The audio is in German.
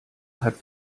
hat